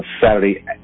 Saturday